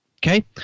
Okay